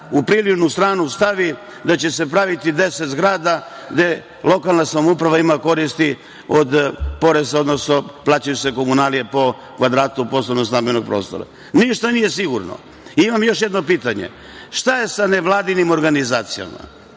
u prilivnu stranu stavi da će se praviti 10 zgrada, gde lokalna samouprava ima koristi od poreza, odnosno plaćaju se komunalije po kvadratu poslovno-stambenog prostora. Ništa nije sigurno. Imam još jedno pitanje. Šta je sa nevladinim organizacijama